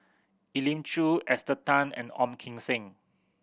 Elim Chew Esther Tan and Ong Kim Seng